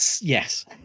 Yes